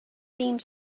theme